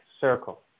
circle